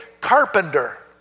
carpenter